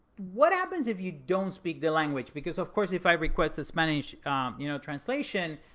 what happens if you don't speak the language? because of course, if i request the spanish um you know translation,